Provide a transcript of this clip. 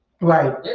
Right